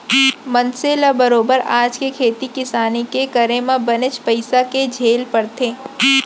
मनसे ल बरोबर आज के खेती किसानी के करे म बनेच पइसा के झेल परथे